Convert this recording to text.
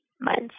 months